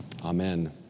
Amen